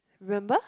remember